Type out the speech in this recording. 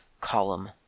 column